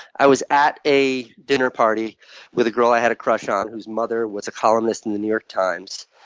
i was at a dinner party with a girl i had a crush on whose mother was a columnist at and the new york times.